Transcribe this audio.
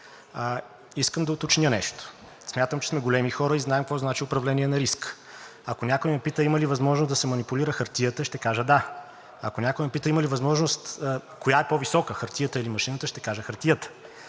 Искам да уточня нещо. Смятам, че сме големи хора и знаем какво значи управление на риска. Ако някой ме пита има ли възможност да се манипулира хартията, ще кажа да. Ако някой ме попита коя е по-висока – хартията или машината, ще кажа хартията.